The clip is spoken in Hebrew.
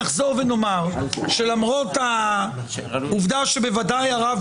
נחזור ונאמר שלמרות העובדה שבוודאי הרב